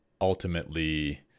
ultimately